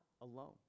alone